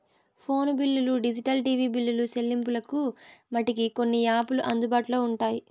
phone బిల్లులు digital TV బిల్లులు సెల్లింపులకు మటికి కొన్ని యాపులు అందుబాటులో ఉంటాయి